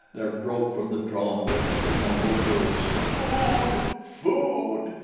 there broke from the drawn lips the mumbled words food! food!